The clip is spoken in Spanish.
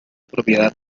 propiedad